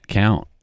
count